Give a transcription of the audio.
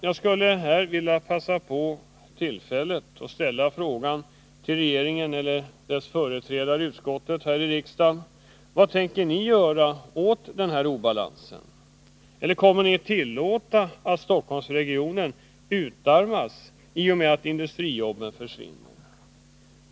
Jag skall passa på att ställa följande fråga till regeringen eller dess företrädare här i riksdagen: Vad tänker ni göra åt denna obalans? Eller kommer ni att tillåta att Stockholmsregionen utarmas i och med att industrijobben försvinner?